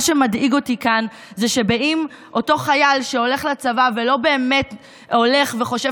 מה שמדאיג אותי כאן זה שאם אותו חייל שהולך לצבא ולא באמת חושב